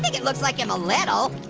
think it looks like him a little